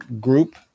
group